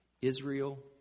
Israel